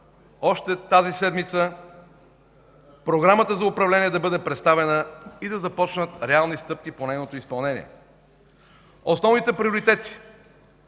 още тази седмица Програмата за управление да бъде представена и да започнат реални стъпки по нейното изпълнение. Основните приоритети